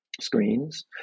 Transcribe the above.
screens